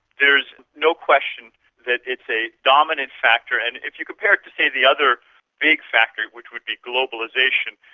there's no question that it's a dominant factor, and if you compare it to, say, the other big factor which would be globalisation,